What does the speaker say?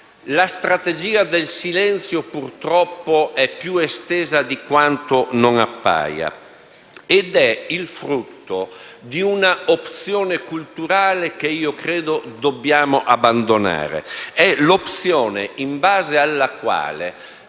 La strategia del silenzio, purtroppo, è più estesa di quanto non appaia. È il frutto di una opzione culturale che dobbiamo abbandonare. È l'opzione in base alla quale